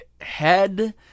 head